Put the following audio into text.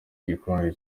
gikombe